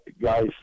guys